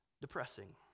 depressing